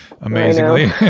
amazingly